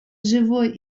живой